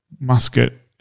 musket –